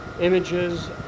images